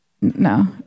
no